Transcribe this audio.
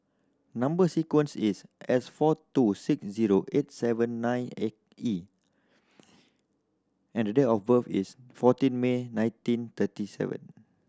number sequence is S four two six zero eight seven nine E and the date of birth is fourteen May nineteen thirty seven